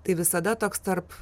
tai visada toks tarp